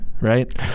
right